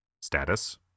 Status